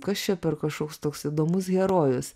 kas čia per kažkoks toks įdomus herojus